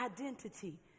identity